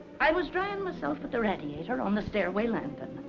i was drying myself at the radiator on the stairway landing.